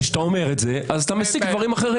כשאתה אומר את זה, אתה מסיק דברים אחרים.